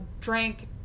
drank